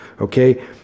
Okay